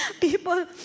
people